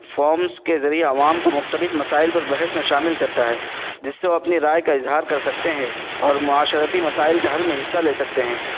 forms کے ذریعے عوام کو مختلف مسائل پر بحث میں شامل کرتا ہے جس سے وہ اپنی رائے کا اظہار کر سکتے ہیں اور معاشرتی مسائل کے حل میں حصہ لے سکتے ہیں